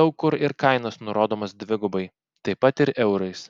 daug kur ir kainos nurodomos dvigubai taip pat ir eurais